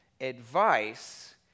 Advice